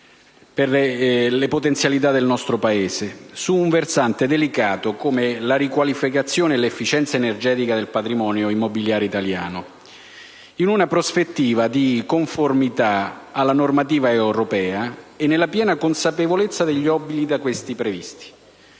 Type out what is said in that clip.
le potenzialità del nostro Paese su un versante delicato, come la riqualificazione e l'efficienza energetica del patrimonio immobiliare italiano, in una prospettiva di conformità alla normativa europea e nella piena consapevolezza degli obblighi da questi previsti.